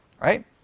right